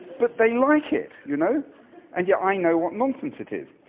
but they like it, you know and yet i know what nonsense it is.